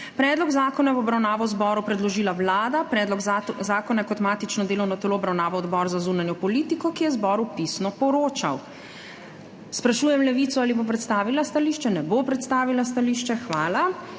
Predlog zakona je v obravnavo zboru predložila Vlada. Predlog zakona je kot matično delovno telo obravnaval Odbor za zunanjo politiko, ki je zboru pisno poročal. Sprašujem Levico ali bo predstavila stališče? Ne bo predstavila stališče. Hvala.